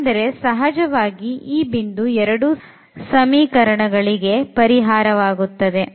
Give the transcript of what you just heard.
ಅಂದರೆ ಸಹಜವಾಗಿ ಈ ಬಿಂದು ಎರಡೂ ಸಮೀಕರಣಗಳಿಗೆ ಪರಿಹಾರವಾಗುತ್ತದೆ